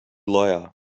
lawyer